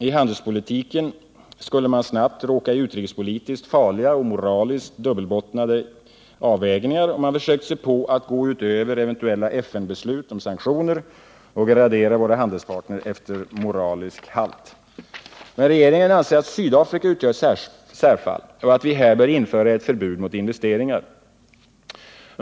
I handelspolitiken skulle man snabbt råka i utrikespolitiskt farliga och moraliskt dubbelbottnade avvägningar om man försökte sig på att gå utöver eventuella FN-beslut om sanktioner och gradera våra handelspartners efter moralisk halt. Men regeringen anser att Sydafrika utgör ett särfall och att vi här bör införa ett förbud mot investeringar.